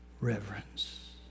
reverence